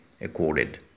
accorded